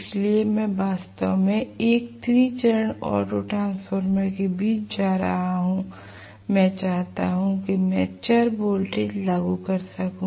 इसलिए मैं वास्तव में एक 3 चरण ऑटो ट्रांसफार्मर के बीच में जा रहा हूं मैं चाहता हूं कि मैं चर वोल्टेज लागू कर सकूं